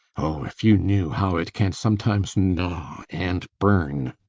oh, if you knew how it can sometimes gnaw and burn!